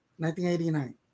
1989